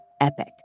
epic